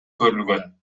көрүлгөн